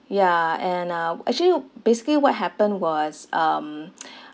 ya and uh actually basically what happened was um